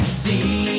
see